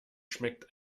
schmeckt